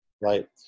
right